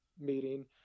meeting